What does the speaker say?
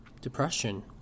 depression